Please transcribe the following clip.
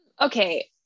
Okay